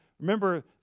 remember